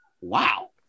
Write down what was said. wow